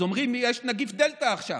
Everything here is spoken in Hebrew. אז אומרים לי: יש נגיף דלתא עכשיו,